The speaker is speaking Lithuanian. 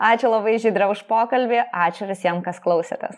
ačiū labai žydre už pokalbį ačiū visiem kas klausėtės